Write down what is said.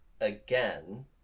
again